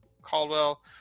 caldwell